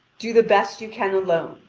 do the best you can alone,